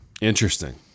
Interesting